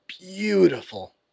beautiful